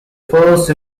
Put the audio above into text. first